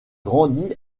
grandit